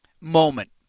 moment